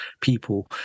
people